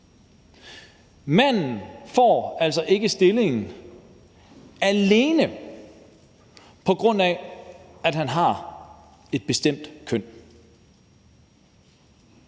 Manden får altså ikke stillingen, alene på grund af at han har et bestemt køn.